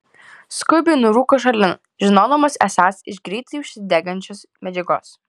skubiai nurūko šalin žinodamas esąs iš greitai užsidegančios medžiagos